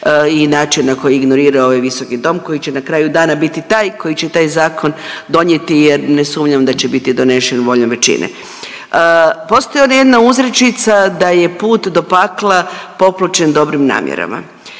i način na koji ignorira ovaj visoki dom koji će na kraju dana biti taj koji će taj zakon donijeti jer ne sumnjam da će biti donesen voljom većine. Postoji ona jedna uzrečica da je put do pakla popločen dobrim namjerama.